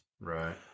Right